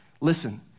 listen